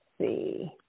see